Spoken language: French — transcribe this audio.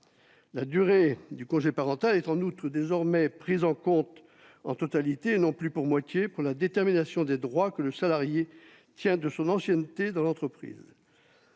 La durée du congé de présence parentale est en outre désormais prise en compte en totalité, et non plus pour moitié, dans la détermination des droits que le salarié tient de son ancienneté dans l'entreprise.